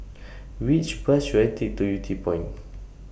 Which Bus should I Take to Yew Tee Point